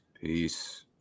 Peace